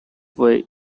way